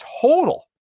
total